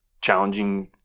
challenging